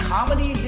Comedy